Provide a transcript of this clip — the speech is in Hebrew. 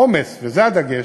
העומס, זה הדגש,